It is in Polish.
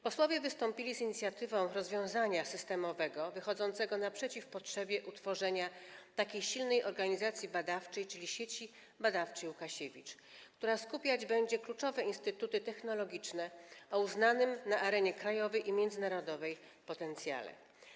Posłowie wystąpili z inicjatywą systemowego rozwiązania wychodzącego naprzeciw potrzebie utworzenia silnej organizacji badawczej, czyli Sieci Badawczej Łukasiewicz, która skupiać będzie kluczowe instytuty technologiczne o uznanym na arenie krajowej i międzynarodowej potencjale.